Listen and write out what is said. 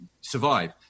survive